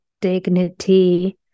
dignity